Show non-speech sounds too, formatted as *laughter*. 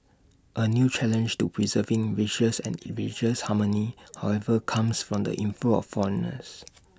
A new challenge to preserving racial *unintelligible* and *unintelligible* harmony however comes from the inflow of foreigners